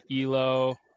Elo